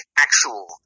actual